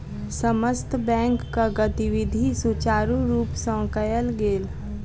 समस्त बैंकक गतिविधि सुचारु रूप सँ कयल गेल